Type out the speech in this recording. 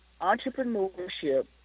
Entrepreneurship